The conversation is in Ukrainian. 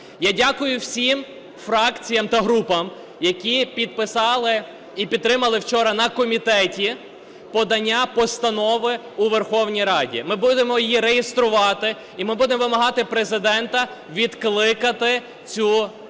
Я дякую всім фракціям та групам, які підписали і підтримали вчора на комітеті подання постанови у Верховній Раді. Ми будемо її реєструвати і ми будемо вимагати від Президента відкликати цю кандидатуру,